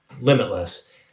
limitless